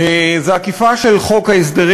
זו אכיפה של חוק ההגבלים